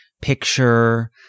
picture